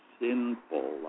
sinful—